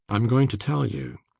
i'm going to tell you.